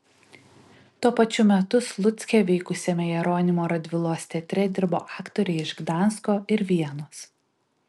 tuo pačiu metu slucke veikusiame jeronimo radvilos teatre dirbo aktoriai iš gdansko ir vienos